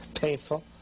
Painful